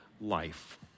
life